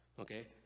okay